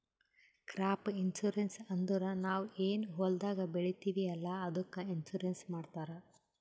crop insurance ಅಂದುರ್ ನಾವ್ ಏನ್ ಹೊಲ್ದಾಗ್ ಬೆಳಿತೀವಿ ಅಲ್ಲಾ ಅದ್ದುಕ್ ಇನ್ಸೂರೆನ್ಸ್ ಮಾಡ್ತಾರ್